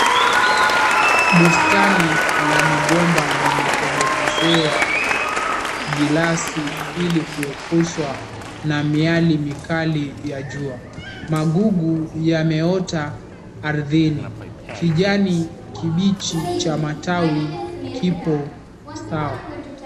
Bustani la migomba limetengenezewa gilasi ili kuepushwa na miale mikali ya jua. Magugu yameota ardhini. Kijani kibichi cha matawi kipo sawa.